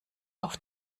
auf